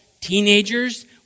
teenagers